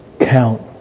count